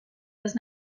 was